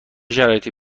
شرایطی